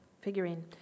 figurine